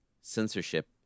censorship